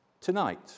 tonight